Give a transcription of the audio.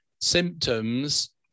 symptoms